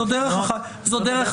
זאת דרך אחת.